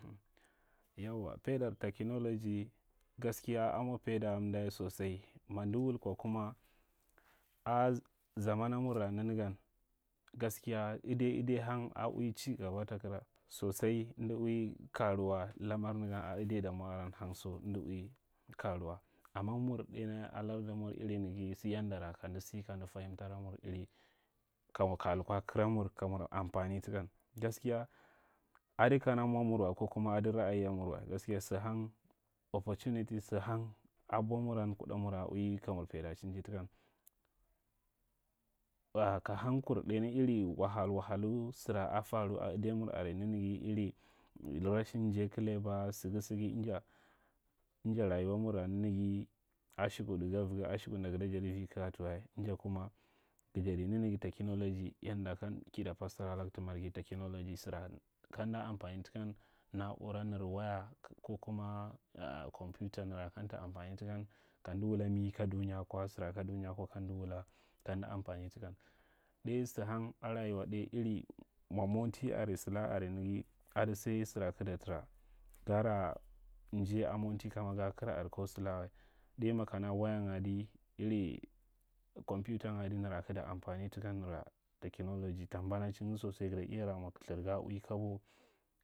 Yauwa, paidar technology, gaskiya a mwa paida aka amda sosai mamda wul kwa kuma a zama namurra nanagan, gaskiya adai adai bang a ui chi gaba takaran sosai amda ui karawa lamar nagan a adai damwa aran hang so amda ui kamwa. Amma mur ɗai nya a ladamur irin naga sa yandara kamda sa kamda falimta lamur iri ka lukwa karamur kamur amfani takan, gaskiya ada kana mwa mur wa ka kuma ada ralayyamur gaskiya sa hang, oportunity sa hana abwa muran kuɗa mura ui, kamur paidachin ji, takan. Aa ka hankur ɗainiya iri wahalwahaiu sara a faru a adaiyamur are naaga iri rashin njai kalaba sasaga nja nja rayuwamurna nanag, a shukud ga vaga, ashukud nda gada jadi ara kagata wa anja kuma ga jada nanaga technology, yanda ka nda fassara alag ta manrghi ita jada wa, technology sara kamda amfani takan na’ura nar waya ko kuma kompita narg kamta amfani takan kamda wula mi ka dunya kwa, kama amfani takan. ɗai sa hang a rayuwa iri mwa monti are, sala are ga, ada saai sara kig ta tara, gar a njai a monti kama ga kara are ka sala wa. Dai makana waya nya adi iri kompitan adi nara kig ta amfani takani nara technology ta mbanachin nya sosai, gaa iya ra mwa kilthir ga ui kabo.